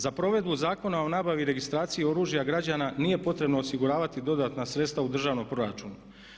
Za provedbu Zakona o nabavi i registraciji oružja građana nije potrebno osiguravati dodatna sredstva u državnom proračunu.